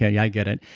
yeah yeah i get it.